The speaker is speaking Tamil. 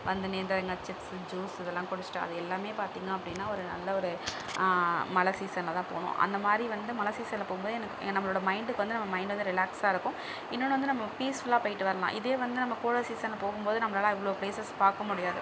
வந்து நேந்தரங்காய் சிப்ஸ் ஜூஸ் இதெலாம் குடிச்சுட்டு அது எல்லாம் பார்த்தீங்க அப்படினா ஒரு நல்ல ஒரு மழை சீசனில் தான் போனோம் அந்த மாதிரி வந்து மழை சீசனில் போகும் போது எனக்கு நம்மளோடய மைண்டுக்கு வந்து நம்ம மைண்டு வந்து ரிலக்ஸ்சாக இருக்கும் இன்னொன்று வந்து நம்ம பீஸ்ஃபுல்லாக போயிட்டு வரலாம் இதே வந்து நம்ம கோடை சீசனில் போகும் போது நம்மளால இவ்வளோ ப்ளேசஸ் பார்க்க முடியாது